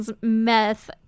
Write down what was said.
meth